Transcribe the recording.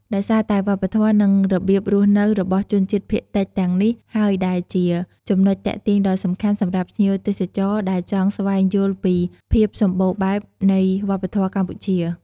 ដោយសារតែវប្បធម៌ និងរបៀបរស់នៅរបស់ជនជាតិភាគតិចទាំងនេះហើយដែលជាចំណុចទាក់ទាញដ៏សំខាន់សម្រាប់ភ្ញៀវទេសចរដែលចង់ស្វែងយល់ពីភាពសម្បូរបែបនៃវប្បធម៌កម្ពុជា។